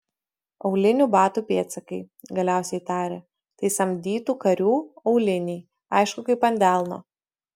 aulinių batų pėdsakai galiausiai tarė tai samdytų karių auliniai aišku kaip ant delno